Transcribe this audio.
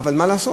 אבל מה לעשות,